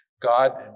God